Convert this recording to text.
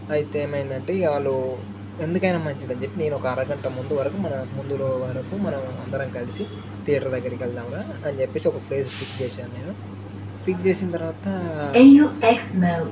అయితే ఏమైందంటే వాళ్ళు ఎందుకైనా మంచిదని చెప్పి నేను ఒక అరగంట ముందు వరకు మన ముందులో వరకు మనం అందరం కలిసి థియేటర్ దగ్గరికి వెళ్దాం అని చెప్పేసి ఒక ప్లేస్ పిక్ చేశాను నేను పిక్ చేసిన తర్వాత ఎస్